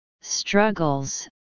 struggles